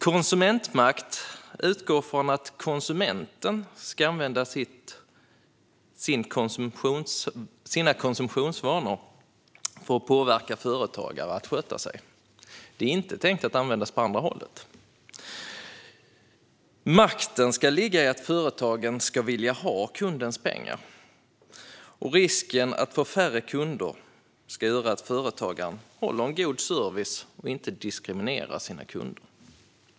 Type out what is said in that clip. Tanken med konsumentmakt är att konsumenten ska använda sina konsumtionsvanor för att påverka företagare att sköta sig. Det är inte tänkt att användas åt andra hållet. Makten ska ligga i att företagen ska vilja ha kundens pengar, och risken att få färre kunder ska göra att företagaren håller en god servicenivå och inte diskriminerar sina kunder.